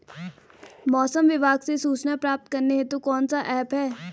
मौसम विभाग से सूचना प्राप्त करने हेतु कौन सा ऐप है?